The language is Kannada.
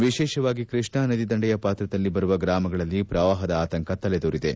ವಿಶೇಷವಾಗಿ ಕೃಷ್ಣಾ ನದಿ ದಂಡೆಯ ಪಾತ್ರದಲ್ಲಿ ಬರುವ ಗ್ರಾಮಗಳಲ್ಲಿ ಪ್ರವಾಹದ ಆತಂಕ ತಲೆದೋರಿದೆ